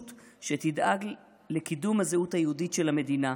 שתדאג לקידום הזהות היהודית של המדינה,